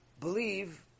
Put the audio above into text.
believe